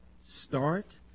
Start